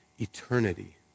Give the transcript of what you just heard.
eternity